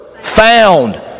Found